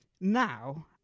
now